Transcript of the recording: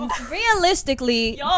Realistically